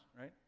right